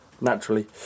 naturally